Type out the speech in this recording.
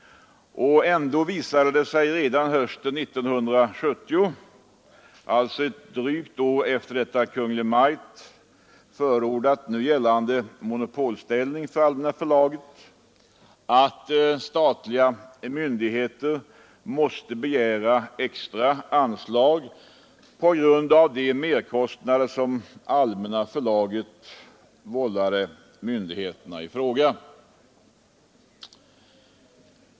Ändå visade det sig redan hösten 1970, alltså drygt ett år efter det att Kungl. Maj:t förordat den nu gällande monopolställningen för Allmänna förlaget, att statliga myndigheter måste begära extra anslag på grund av de merkostnader som Allmänna förlaget vållade myndigheterna i fråga.